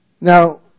Now